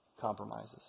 compromises